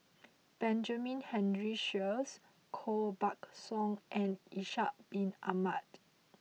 Benjamin Henry Sheares Koh Buck Song and Ishak bin Ahmad